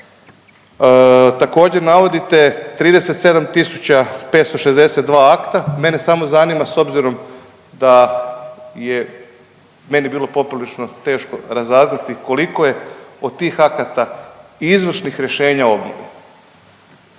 Također navodite 37.562 akta, mene samo zanima s obzirom da je meni bilo poprilično razaznati koliko je od tih akata izvršnih rješenja o obnovi?